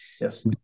Yes